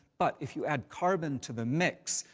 but if you add carbon to the mix,